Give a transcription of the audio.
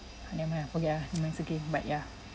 ah never mind ah forget ah it's okay but yeah